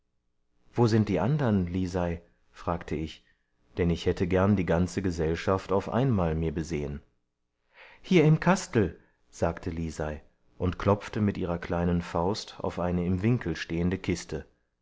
wo sind die andern lisei fragte ich denn ich hätte gern die ganze gesellschaft auf einmal mir besehen hier im kast'l sagte lisei und klopfte mit ihrer kleinen faust auf eine im winkel stehende kiste